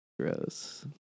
gross